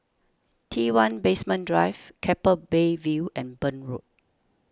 T one Basement Drive Keppel Bay View and Burn Road